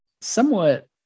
somewhat